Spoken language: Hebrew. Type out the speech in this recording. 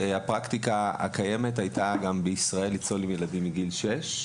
הפרקטיקה הקיימת בישראל הייתה לצלול עם ילדים בגיל שש,